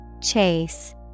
Chase